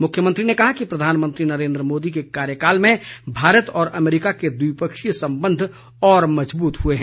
मुख्यमंत्री ने कहा कि प्रधानमंत्री नरेंद्र मोदी के कार्यकाल में भारत और अमेरिका के द्विपक्षीय संबंध और मजबूत हुए हैं